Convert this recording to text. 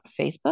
Facebook